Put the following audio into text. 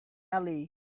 alley